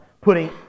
putting